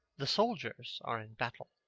the soldiers are in battle.